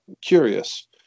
curious